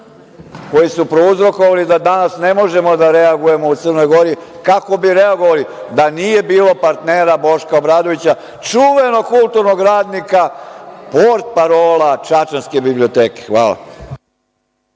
koji su prouzrokovali da danas ne možemo da reagujemo u Crnoj Gori kako bi reagovali da nije bilo partnera Boško Obradovića, čuvenog kulturnog radnika, portparola čačanske biblioteke. Hvala.